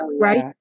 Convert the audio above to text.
Right